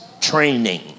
training